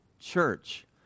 church